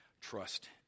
trust